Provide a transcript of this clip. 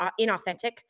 inauthentic